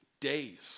Days